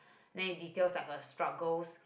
then it details like her struggles